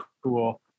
cool